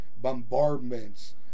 bombardments